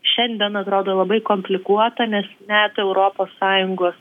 šiandien atrodo labai komplikuota nes net europos sąjungos